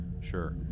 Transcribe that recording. Sure